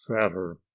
fatter